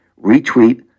retweet